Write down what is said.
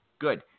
good